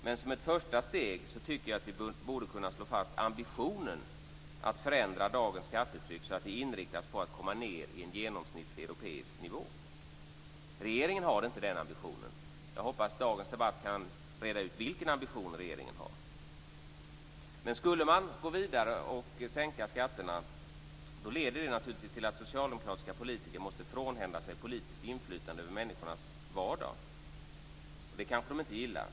Men som ett första steg borde vi kunna slå fast ambitionen att förändra dagens skattetryck så att den inriktas på att komma ned i en genomsnittlig europeisk nivå. Regeringen har inte den ambitionen. Jag hoppas att dagens debatt kan reda ut vilken ambition regeringen har. Skulle man gå vidare och sänka skatterna, leder det naturligtvis till att socialdemokratiska politiker måste frånhända sig politiskt inflytande över människornas vardag. Det kanske de inte gillar.